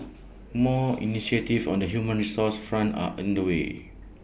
more initiatives on the human resources front are under way